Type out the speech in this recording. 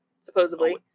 supposedly